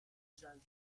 jazz